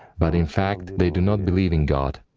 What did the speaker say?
but in fact they do not believe in god,